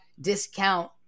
discount